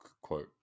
quote